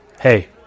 Hey